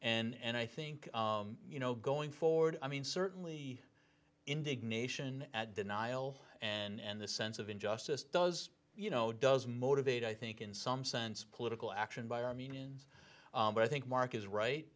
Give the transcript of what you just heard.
and i think you know going forward i mean certainly indignation at denial and the sense of injustice does you know does motivate i think in some sense political action by armenians but i think mark is right